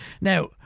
Now